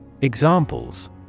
Examples